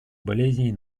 болезней